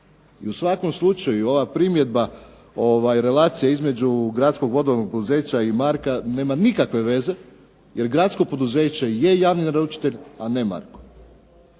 I u svakom slučaju ova primjedba, relacija između gradskog vodovodnog poduzeća i Marka nema nikakve veze jer gradsko poduzeće je javni naručitelj, a ne Marko.